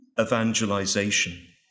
evangelization